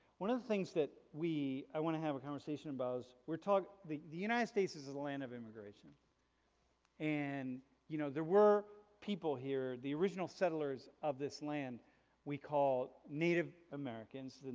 one of the things that we. i want to have a conversation about is. we're talking, the the united states is is a land of immigration and you know there were people here, the original settlers of this land we call native americans,